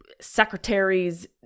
secretaries